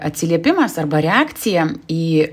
atsiliepimas arba reakcija į